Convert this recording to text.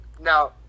Now